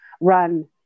run